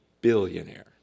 billionaire